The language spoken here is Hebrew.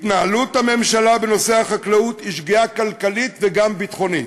התנהלות הממשלה בנושא החקלאות היא שגיאה כלכלית וגם ביטחונית,